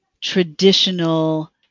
traditional